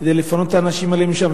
כדי לפנות את האנשים האלה משם.